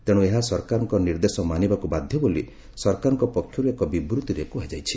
ତେଣୁ ଏହା ସରକାରଙ୍କ ନିର୍ଦ୍ଦେଶ ମାନିବାକୁ ବାଧ୍ୟ ବୋଲି ସରକାରଙ୍କ ପକ୍ଷରୁ ଏକ ବିବୃତିରେ କୁହାଯାଇଛି